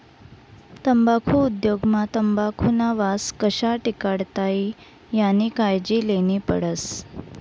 तम्बाखु उद्योग मा तंबाखुना वास कशा टिकाडता ई यानी कायजी लेन्ही पडस